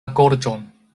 gorĝon